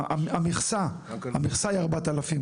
המכסה היא 4,000,